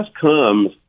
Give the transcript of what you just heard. comes